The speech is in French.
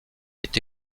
est